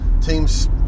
teams